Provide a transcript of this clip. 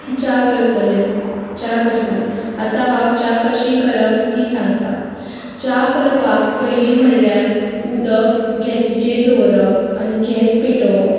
च्या करतले च्या करताले आतां हांव च्या कशी करप तीं सांगतां च्या करपाक पयलीं म्हणल्यार उदक गॅसीचेर दवरप आनी गॅस पेटोवप